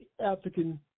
African